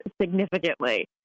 significantly